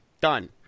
done